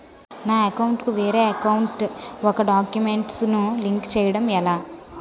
నా అకౌంట్ కు వేరే అకౌంట్ ఒక గడాక్యుమెంట్స్ ను లింక్ చేయడం ఎలా?